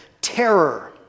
Terror